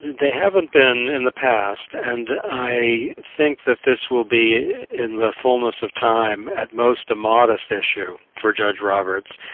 they haven't been in the past, and i think that this will be, in the fullness of time, at most a modest issue for judge roberts.